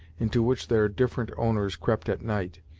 into which their different owners crept at night,